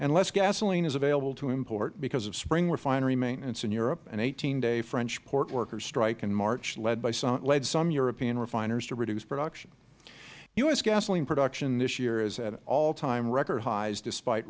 unless gasoline is available to import because of spring refinery maintenance in europe an eighteen day french port workers strike in march led some european refiners to reduce production u s gasoline production this year is at all time record highs despite